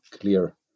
clear